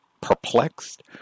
perplexed